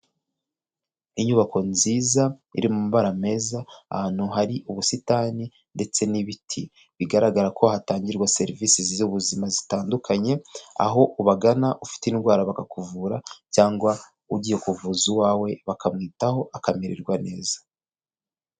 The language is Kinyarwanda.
Inyubako nziza iri mubara meza, ahantu hari ubusitani ndetse n'ibiti, bigaragara ko hatangirwa serivisi z'ubuzima zitandukanye, aho ubagana ufite indwara bakakuvura cyangwa ugiye kuvuza uwawe bakamwitaho akamererwa neza.